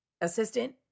assistant